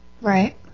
Right